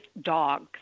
dogs